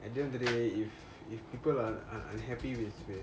at the end of the day if if people are unhappy with with